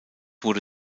wurde